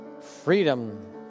Freedom